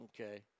Okay